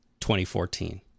2014